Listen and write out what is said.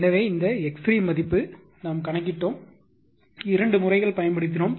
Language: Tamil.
எனவே இந்த xC3 மதிப்பு கணக்கிட்டோம் நாம் இரண்டு முறைகள் பயன்படுத்தினோம்